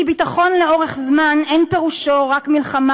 כי ביטחון לאורך זמן אין פירושו רק מלחמה